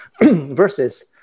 Versus